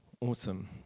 Awesome